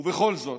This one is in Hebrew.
ובכל זאת,